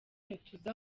ntituzi